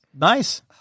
nice